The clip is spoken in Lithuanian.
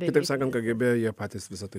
kitaip sakant kgb jie patys visa tai